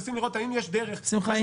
מנסים לראות האם יש דרך של --- שמחה,